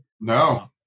No